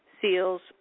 seals